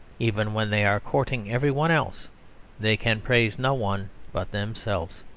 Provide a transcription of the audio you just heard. even when they are courting every one else they can praise no one but themselves.